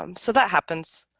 um so that happens,